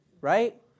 right